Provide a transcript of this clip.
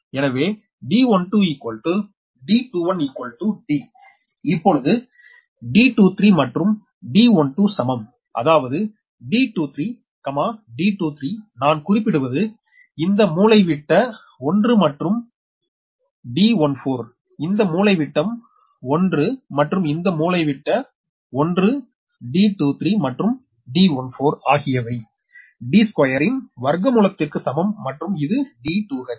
எனவே d12 d21 D இப்பொழுது d23 மற்றும் d14 சமம் அதாவது d23 d23 நான் குறிப்பிடுவது இந்த மூலைவிட்ட ஒன்று மற்றும் d14இந்த மூலைவிட்ட ஒன்று மற்றும் இந்த மூலைவிட்ட ஒன்று d23மற்றும் d14 ஆகியவை d ஸ்கொயர் இன் வர்க்கமூலத்திற்கு சமம் மற்றும் இது 2h